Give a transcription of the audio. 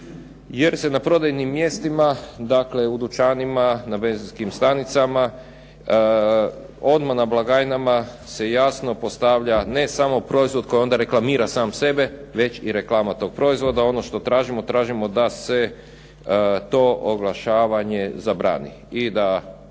jer se na prodajnim mjestima, dakle u dućanima, na benzinskim stanicama odmah na blagajnama se jasno postavlja ne samo proizvod koji reklamira sam sebe, već i reklama toga proizvoda. Ono što tražimo, tražimo da se to oglašavanje zabrani. I da